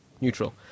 neutral